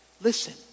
Listen